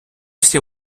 всі